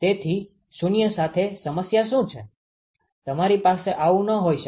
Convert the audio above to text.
તેથી 00 સાથે સમસ્યા શું છે તમારી પાસે આવું ન હોઈ શકે